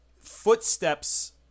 footsteps